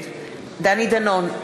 נגד דני דנון,